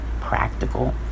practical